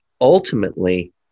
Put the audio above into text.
ultimately